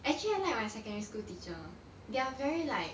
actually I like my secondary school teacher they are very like